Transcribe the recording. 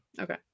Okay